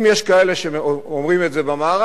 אם יש כאלה שאומרים את זה במערב,